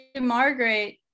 Margaret